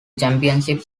championship